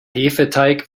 hefeteig